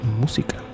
música